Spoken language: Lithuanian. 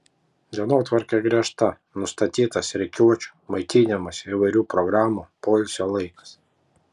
dienotvarkė griežta nustatytas rikiuočių maitinimosi įvairių programų poilsio laikas